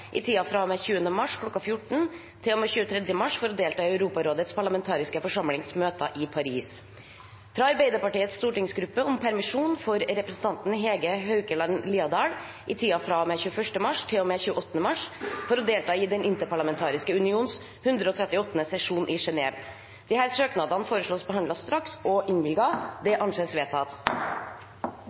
i tiden fra og med 20. mars kl. 14 til og med 23. mars for å delta i Europarådets parlamentariske forsamlings møter i Paris fra Arbeiderpartiets stortingsgruppe om permisjon for representanten Hege Haukeland Liadal i tiden fra og med 21. mars til og med 28. mars for å delta i Den interparlamentariske unions 138. sesjon i Genève Disse søknadene foreslås behandlet straks og innvilget. – Det anses vedtatt.